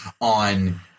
on